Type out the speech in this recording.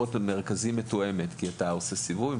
הביקורת על המרכזים מתואמת כי לסיבוב עם